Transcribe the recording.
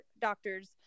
doctors